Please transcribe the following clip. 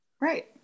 right